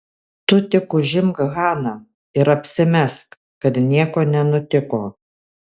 tu tik užimk haną ir apsimesk kad nieko nenutiko